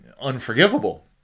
unforgivable